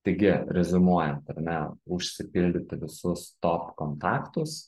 taigi reziumuojant ar ne užsipildyti visus top kontaktus